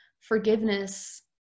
forgiveness